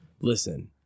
Listen